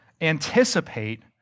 anticipate